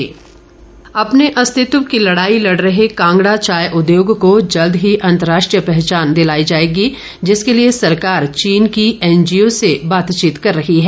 मारकंडा अपने अस्तित्व की लड़ाई लड़ रहे कांगड़ा चाय उद्योग को जल्द ही अंतर्राष्ट्रीय पहचान दिलाई जाएगी जिसके लिए सरकार चीन की एनजीओ से बातचीत कर रही है